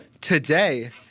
today